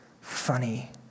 funny